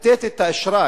לתת את האשראי,